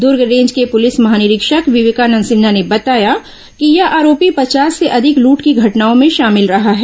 Durg range के police महानिरीक्षक विवेकानंद सिन्हा ने बताया कि यह आरोपी पचास से अधिक लूट की घटनाओं में शामिल रहा है